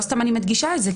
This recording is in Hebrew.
לא סתם אני מדגישה את זה,